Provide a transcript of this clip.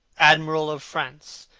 admiral of france,